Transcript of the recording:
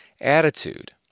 attitude